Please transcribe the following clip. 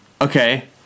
okay